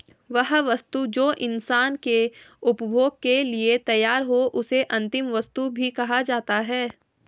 वह वस्तु जो इंसान के उपभोग के लिए तैयार हो उसे अंतिम वस्तु भी कहा जाता है